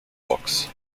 books